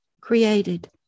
created